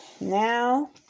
Now